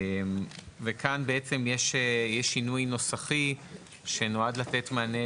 כאן יש שינוי נוסחי שנועד לתת מענה,